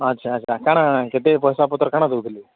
ଆଚ୍ଛା ଆଚ୍ଛା କ'ଣ କେତେ ପଇସା ପତର କ'ଣ ଦେଉଥିଲେ